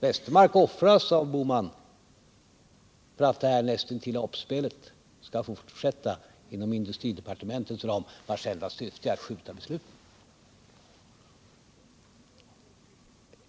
Westermark offras av herr Bohman för att detta, nästintill, apspel skall fortsätta inom industridepartementets ram, vars enda syfte är att skjuta på besluten.